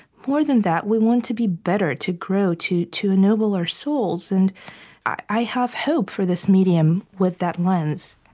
more than that, we want to be better, to grow, to to ennoble our souls. and i have hope for this medium with that lens